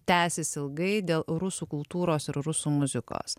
tęsis ilgai dėl rusų kultūros ir rusų muzikos